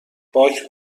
باک